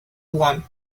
wan